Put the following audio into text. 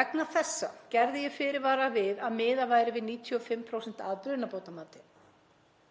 Vegna þessa gerði ég fyrirvara við að miðað væri við 95% af brunabótamati.